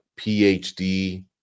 PhD